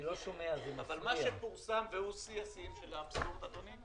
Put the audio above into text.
אבל שיא השיאים של האבסורד, אדוני,